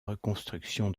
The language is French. reconstruction